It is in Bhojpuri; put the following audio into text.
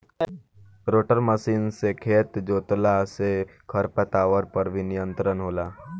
रोटर मशीन से खेत जोतला से खर पतवार पर भी नियंत्रण होला